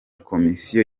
komisiyo